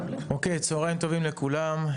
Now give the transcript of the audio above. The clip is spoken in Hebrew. צהריים טובים לכולם,